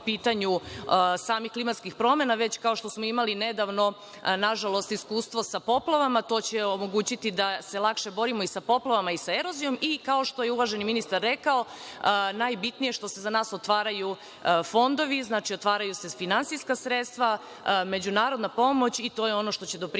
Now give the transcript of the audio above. pitanju samih klimatskih promena, već kao što smo imali nedavno, nažalost, iskustvo sa poplavama, to će omogućiti da se lakše borimo i sa poplavama i sa erozijom i, kao što je uvaženi ministar rekao, najbitnije je za nas što se otvaraju fondovi, znači, otvaraju se finansijska sredstva, međunarodna pomoć i to je ono što će doprineti